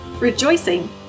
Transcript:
rejoicing